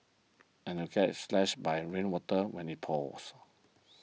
and you'd get slashed by rainwater when it pours